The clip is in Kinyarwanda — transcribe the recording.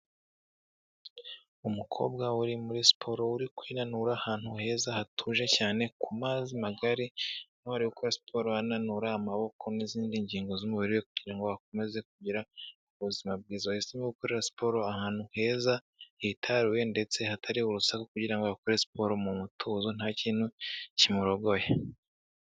Umukobwa uri muri siporo uri kwinanura, ahantu heza hatuje cyane ku mazi magari niho ari gukorera siporo ananura amaboko n'izindi ngingo z'umubiri kugira ngo akomeze kugira ubuzima bwiza. Yahisemo gukora siporo ahantu heza hitaruwe ndetse hatari urusaku kugira akore siporo mu mutuzo nta kintu kimurogoye.